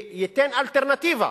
וייתן אלטרנטיבה